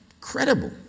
Credible